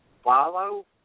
Follow